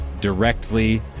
directly